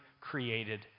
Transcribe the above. created